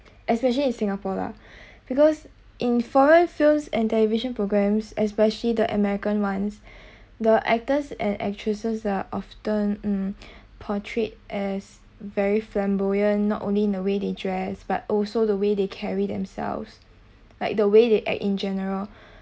especially in singapore lah because in foreign films and television programs especially the american ones the actors and actresses are often portrayed as very flamboyant not only in the way they dress but also the way they carry themselves like the way they act in general